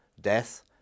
death